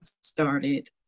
started